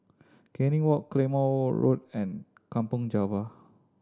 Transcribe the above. Canning Walk Claymore Road and Kampong Java